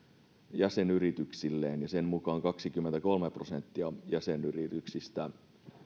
jäsenyrityksilleen ja sen mukaan kaksikymmentäkolme prosenttia jäsenyrityksistä